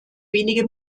wenige